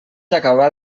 acabar